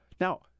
now